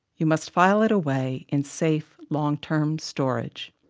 you must file it away in safe long-term-storage.